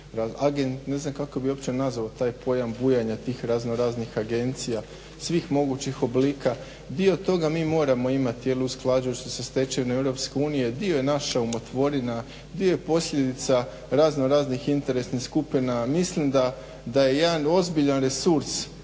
ne znam kako bi uopće nazvao taj pojam bujanja tih raznoraznih agencija svih mogućih oblika. Dio toga mi moramo imati jer usklađuju se sa stečevinom EU dio je naša umotvorina, dio je posljedica raznoraznih interesnih skupina. Mislim da je jedan ozbiljan resurs